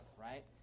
right